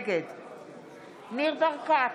נגד ניר ברקת,